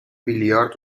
بیلیارد